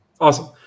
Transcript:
Awesome